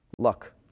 luck